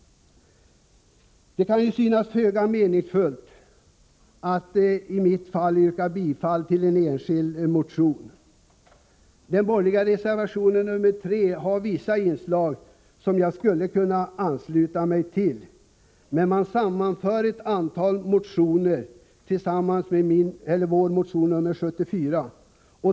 Det kan synas föga meningsfullt att som i mitt fall yrka bifall till en enskild motion. Den borgerliga reservationen nr 3 har vissa inslag, som jag skulle kunna ansluta mig till, men man har här sammanfört ett antal motioner, däribland vår motion 74.